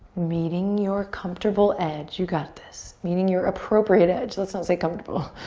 meeting your comfortable edge. you got this. meeting your appropriate edge. let's not say comfortable.